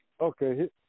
okay